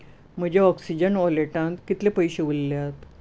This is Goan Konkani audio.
म्हज्या ऑक्सिजन वॉलेटांत कितले पयशे उरल्यात